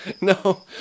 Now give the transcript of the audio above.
No